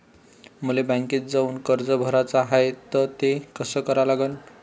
मले बँकेत जाऊन कर्ज भराच हाय त ते कस करा लागन?